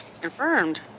Confirmed